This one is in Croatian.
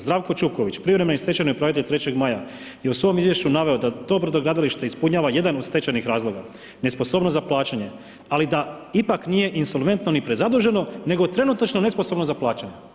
Zdravko Ćurković privremeni stečajni upravitelj 3. Maja je u svom izvješću naveo da to brodogradilište ispunjava jedan od stečajnih razloga, nesposobnost za plaćanje ali da ipak nije insolventno ni prezaduženo nego trenutačno nesposobno za plaćanje.